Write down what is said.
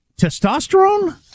testosterone